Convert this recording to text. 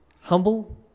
humble